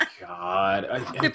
God